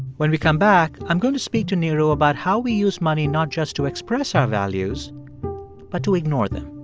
when we come back, i'm going to speak to neeru about how we use money not just to express our values but to ignore them.